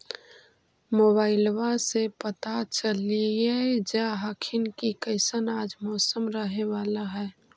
मोबाईलबा से पता चलिये जा हखिन की कैसन आज मौसम रहे बाला है?